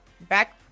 Back